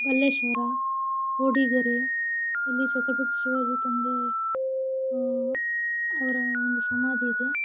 ಬಲ್ಲೇಶ್ವರ ಹೋಡಿಗೆರೆ ಇಲ್ಲಿ ಛತ್ರಪತಿ ಶಿವಾಜಿ ತಂದೆ ಅವರ ಒಂದು ಸಮಾಧಿ ಇದೆ